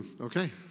okay